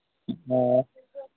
ꯑꯣ